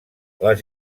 les